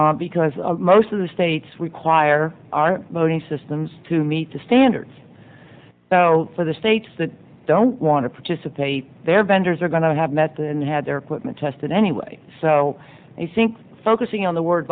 because most of the states require our voting systems to meet the standards so for the states that don't want to participate their vendors are going to have met and had their equipment tested anyway so i think focusing on the word